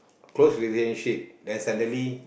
close relationship then suddenly